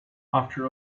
after